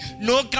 no